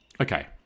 Okay